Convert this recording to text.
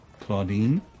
Claudine